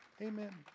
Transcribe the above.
Amen